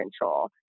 control